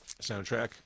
soundtrack